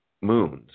moons